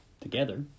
together